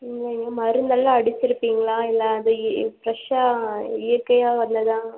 ம் மருந்தெல்லாம் அடிச்சிருப்பீங்களா இல்லை அதையே ஃப்ரெஷ்ஷாக இயற்கையாக வந்ததா